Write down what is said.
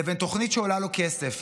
לבין תוכנית שעולה לו כסף,